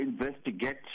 investigate